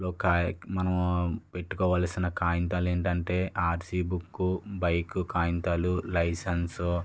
లో కాగి మనం పెట్టుకో వలసిన కాగితాలు ఏంటి అంటే ఆర్సి బుక్కు బైక్ కాగితాలు లైసెన్స్